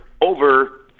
over